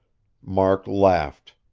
mark laughed.